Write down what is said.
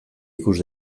ikus